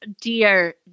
dear